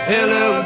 Hello